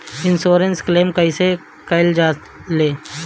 Insurance claim कइसे कइल जा ले?